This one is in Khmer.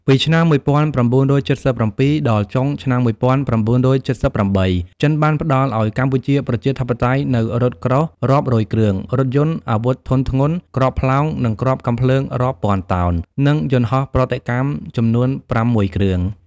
ពីឆ្នាំ១៩៧៧ដល់ចុងឆ្នាំ១៩៧៨ ចិនបានផ្តល់ឱ្យកម្ពុជាប្រជាធិបតេយ្យនូវរថក្រោះរាប់រយគ្រឿង រថយន្ត អាវុធធុនធ្ងន់ គ្រាប់ផ្លោងនិងគ្រាប់កាំភ្លើងរាប់ពាន់តោន និងយន្តហោះប្រតិកម្មចំនួនប្រាំមួយគ្រឿង។